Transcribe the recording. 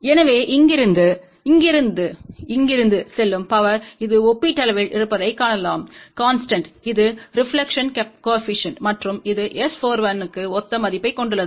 எனவே இங்கிருந்து இங்கிருந்து இங்கிருந்து இங்கிருந்து செல்லும் பவர் இது ஒப்பீட்டளவில் இருப்பதைக் காணலாம் கான்ஸ்டன்ட் இது ரெப்லக்க்ஷன் கோஏபிசிஎன்ட் மற்றும் இது S41 க்குஒத்த மதிப்பைக் கொண்டுள்ளது